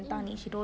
mm